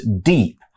deep